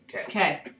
okay